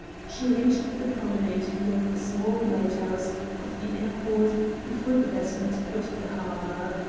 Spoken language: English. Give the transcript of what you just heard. she reached the promenade beyond the small lighthouse of the inner port before the vessel had quitted the harbour.